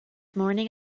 morning